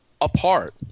apart